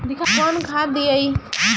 कौन खाद दियई?